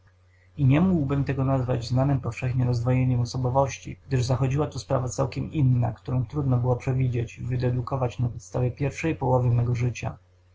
nie mógłbym tego nazwać znanem powszechnie rozdwojeniem osobowości gdyż zachodziła tu sprawa całkiem inna którą trudno było przewidzieć wydedukować na podstawie pierwszej połowy mego życia